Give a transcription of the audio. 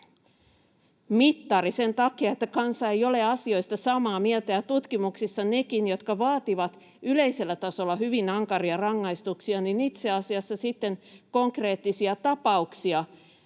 mittari sen takia, että kansa ei ole asioista samaa mieltä, ja tutkimuksissa nekin, jotka vaativat yleisellä tasolla hyvin ankaria rangaistuksia, itse asiassa sitten joutuessaan